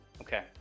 Okay